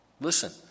Listen